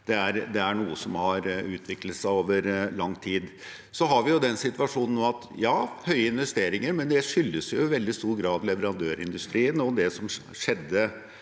det er noe som har utviklet seg over lang tid. Ja, vi har nå en situasjon med høye investeringer, men det skyldes i veldig stor grad leverandørindustrien og det som skjedde